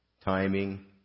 timing